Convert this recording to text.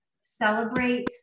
celebrate